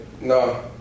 no